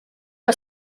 que